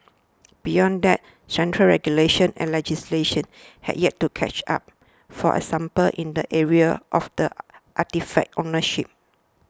beyond that central regulation and legislation have yet to catch up for example in the area of the artefact ownership